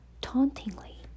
tauntingly